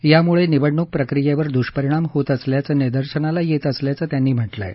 यामुळे निवडणूक प्रक्रियेवर दुष्परिणाम होत असल्याचं निदर्शनाला येत असल्याचं त्यांनी म्हटलं आहे